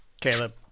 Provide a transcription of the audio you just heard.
Caleb